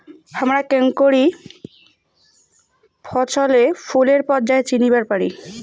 হামরা কেঙকরি ফছলে ফুলের পর্যায় চিনিবার পারি?